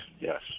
yes